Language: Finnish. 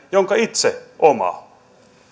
jonka itse omaa